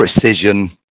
precision